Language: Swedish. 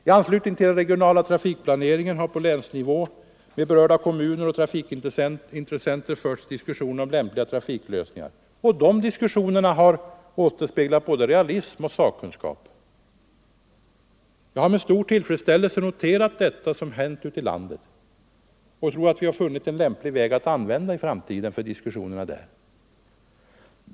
I anslutning till den regionala trafikplaneringen har på länsnivå med berörda kommuner och trafikintressenter förts diskussioner om lämpliga trafiklösningar. Och dessa diskussioner har då återspeglat både realism och sakkunskap. Jag har med stor tillfredsställelse noterat detta och tror att vi har funnit en lämplig väg att använda i framtiden för diskussionerna ute i landet.